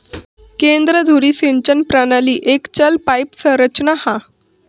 केंद्र धुरी सिंचन प्रणाली एक चल पाईप संरचना हा